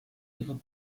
ihre